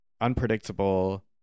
unpredictable